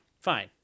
Fine